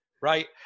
right